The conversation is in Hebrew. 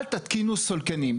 אל תתקינו סולקנים.